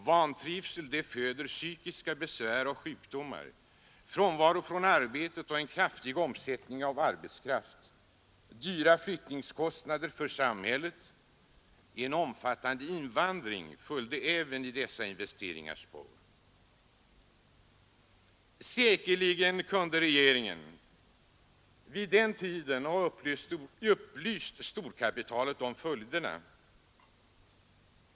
Vantrivsel föder psykiska besvär och sjukdomar, frånvaro från arbetet och en kraftig omsättning av arbetskraft. Höga flyttningskostnader för samhället och en omfattande invandring följde även i dessa investeringars spår. Säkerligen kunde regeringen vid den tiden ha upplyst storkapitalet om följderna.